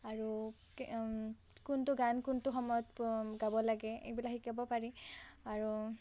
আৰু কোনটো গান কোনটো সময়ত গাব লাগে এইবিলাক শিকিব পাৰি আৰু